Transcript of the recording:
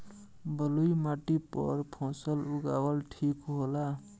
बलुई माटी पर फसल उगावल ठीक होला?